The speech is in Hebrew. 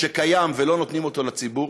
שקיים ולא נותנים אותו לציבור,